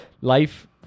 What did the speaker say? life